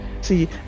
See